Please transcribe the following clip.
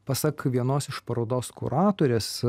pasak vienos iš parodos kuratorės